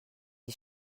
sie